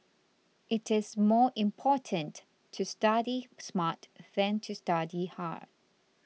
it is more important to study smart than to study hard